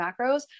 macros